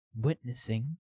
witnessing